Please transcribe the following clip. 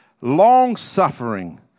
long-suffering